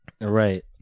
Right